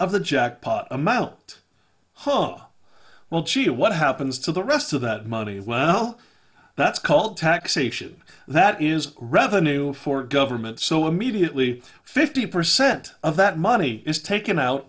of the jackpot i'm oh ho well gee what happens to the rest of that money well that's called taxation that is revenue for government so immediately fifty percent of that money is taken out